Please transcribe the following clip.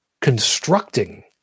constructing